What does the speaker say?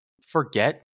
forget